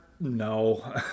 No